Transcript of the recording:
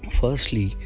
firstly